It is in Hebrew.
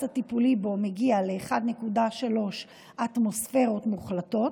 הטיפולי בו מגיע ל-1.3 אטמוספרות מוחלטות,